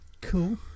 Cool